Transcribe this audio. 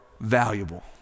valuable